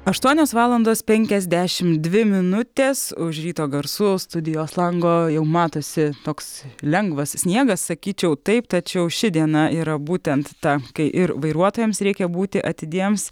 aštuonios valandos penkiasdešimt dvi minutės už ryto garsų studijos lango jau matosi toks lengvas sniegas sakyčiau taip tačiau ši diena yra būtent ta kai ir vairuotojams reikia būti atidiems